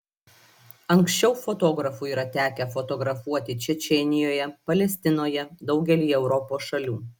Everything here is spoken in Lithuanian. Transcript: anksčiau fotografui yra tekę fotografuoti čečėnijoje palestinoje daugelyje europos šalių